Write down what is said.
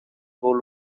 buca